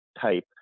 type